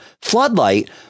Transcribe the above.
floodlight